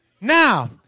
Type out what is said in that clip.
Now